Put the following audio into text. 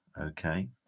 Okay